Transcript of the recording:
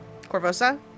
Corvosa